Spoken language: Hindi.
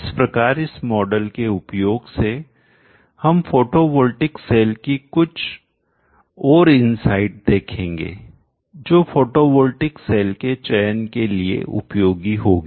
इस प्रकार इस मॉडल के उपयोग से हम फोटोवॉल्टिक सेल की कुछ और इनसाइट अंतर्दृष्टि देखेंगे जो फोटोवोल्टिक सेल के चयन के लिए उपयोगी होगी